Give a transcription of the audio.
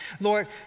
Lord